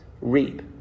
reap